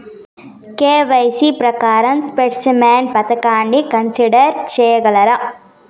KYC ప్రకారం specimen సంతకాన్ని consider సేయగలరా?